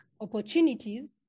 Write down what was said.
opportunities